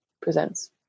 presents